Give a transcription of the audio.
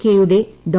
K യുടെ ഡോ